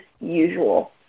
usual